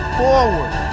forward